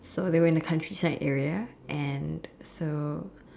so they were in countryside area and so